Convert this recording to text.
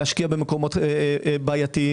להשקיע במקומות בעייתיים.